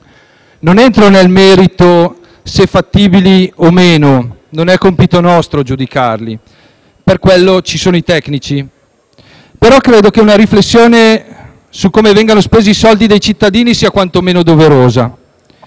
Non entro nel merito se siano fattibili o meno (non è compito nostro giudicarli, per quello ci sono i tecnici), però credo che una riflessione su come vengono spesi i soldi dei cittadini sia quantomeno doverosa.